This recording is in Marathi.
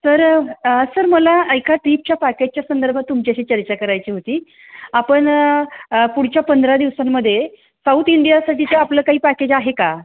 सर सर मला एका ट्रीपच्या पॅकेजच्या संदर्भात तुमच्याशी चर्चा करायची होती आपण पुढच्या पंधरा दिवसांमदे साऊथ इंडियासाठीचं आपलं काही पॅकेज आहे का